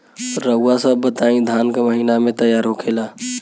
रउआ सभ बताई धान क महीना में तैयार होखेला?